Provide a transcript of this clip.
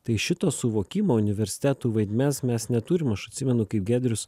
tai šito suvokimo universitetų vaidmens mes neturim aš atsimenu kaip giedrius